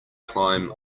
climb